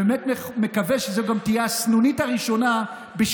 אני באמת מקווה שזאת גם תהיה הסנונית הראשונה בשינוי